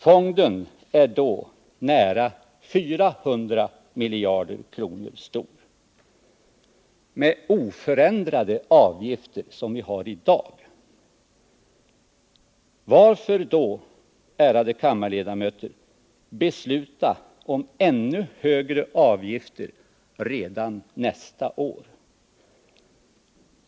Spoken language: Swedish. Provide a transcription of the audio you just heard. Fonden är då nära 400 miljarder kronor stor — med oförändrade avgifter, de som vi har i dag. Varför då, ärade kammarledamöter, besluta om ännu högre avgifter redan nästa år?